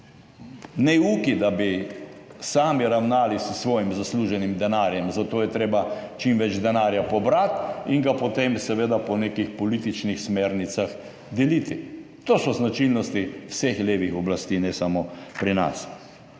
neuki, da bi sami ravnali s svojim zasluženim denarjem, zato je treba čim več denarja pobrati in ga potem seveda deliti po nekih političnih smernicah. To so značilnosti vseh levih oblasti, ne samo pri nas.